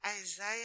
Isaiah